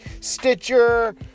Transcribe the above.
Stitcher